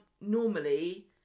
normally